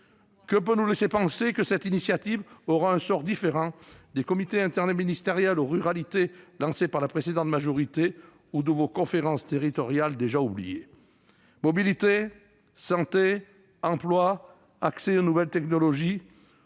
qui peut nous laisser penser que cette initiative aura un sort différent de celui des comités interministériels aux ruralités, lancés par la précédente majorité, où de vos conférences territoriales, déjà oubliées ? Mobilité, santé, emploi, accès aux nouvelles technologies :